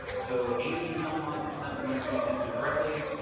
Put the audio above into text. so, eighty some odd percent of my students answer correctly,